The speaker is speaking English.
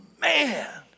man